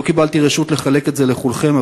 לא קיבלתי רשות לחלק את זה לכולכם,